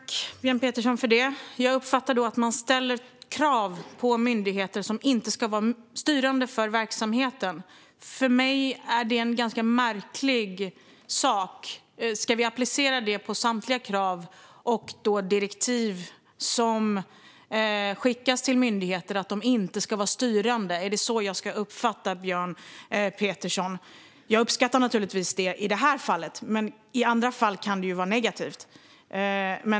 Fru talman! Tack för det svaret, Björn Petersson! Jag uppfattar då att man ställer krav på myndigheter som inte ska vara styrande för verksamheten. För mig är det en ganska märklig sak. Ska vi applicera detta på samtliga krav och direktiv som skickas till myndigheter - att de inte ska vara styrande? Är det så jag ska uppfatta Björn Petersson? Jag uppskattar det naturligtvis i det här fallet, men i andra fall kan det vara negativt.